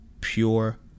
pure